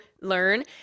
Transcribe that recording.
learn